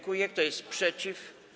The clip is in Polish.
Kto jest przeciw?